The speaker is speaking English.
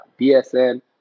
BSN